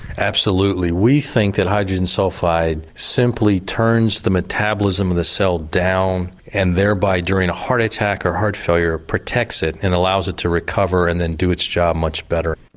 absolutely. we think that hydrogen sulphide simply turns the metabolism in the cell down and thereby during a heart attack or heart failure protects it and allows it to recover and then do its job much better.